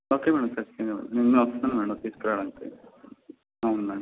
okay madam ఖచ్చితంగా నేను వస్తాను మేడం తీసుకురావడానికి అవును మేడం